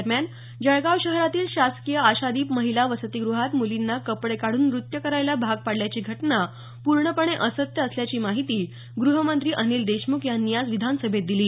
दरम्यान जळगाव शहरातील शासकीय आशादीप महिला वसतीगृहात मूलींना कपडे काढून नृत्य करायला भाग पाडल्याची घटना पूर्णपणे असत्य असल्याची माहिती गृहमंत्री अनिल देशमुख यांनी आज विधानसभेत दिली